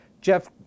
Jeff